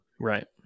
Right